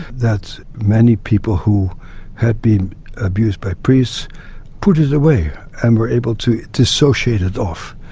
that many people who had been abused by priests put it away and were able to dissociate it off.